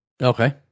Okay